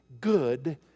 good